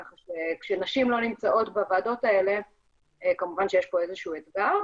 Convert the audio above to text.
כשנשים לא נמצאות בוועדות האלה כמובן שיש פה איזה שהוא אתגר.